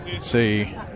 See